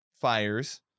fires